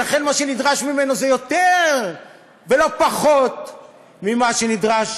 ולכן מה שנדרש ממנו זה יותר ולא פחות ממה שנדרש